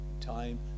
time